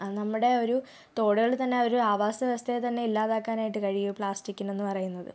അത് നമ്മുടെ ഒരു തോടുകളിൽ തന്നെ ആ ഒരു ആവാസവ്യവസ്ഥയെ തന്നെ ഇല്ലാതാക്കാനായിട്ട് കഴിയും പ്ലാസ്റ്റിക്കിനെന്ന് പറയുന്നത്